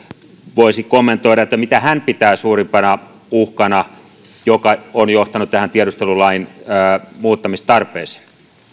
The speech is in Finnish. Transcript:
voisi kommentoida sitä mitä hän pitää suurimpana uhkana mikä on johtanut tähän tiedustelulain muuttamistarpeeseen